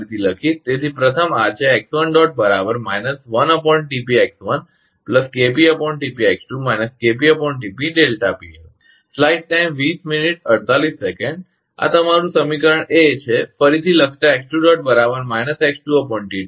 તેથી પ્રથમ આ છે ẋ1 આ તમારું સમીકરણ એ છે ફરીથી લખતાં ẋ2